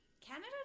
Canada